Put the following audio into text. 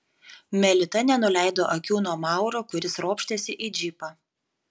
melita nenuleido akių nuo mauro kuris ropštėsi į džipą